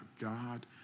God